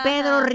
Pedro